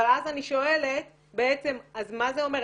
אבל אז אני שואלת בעצם אז מה זה אומר.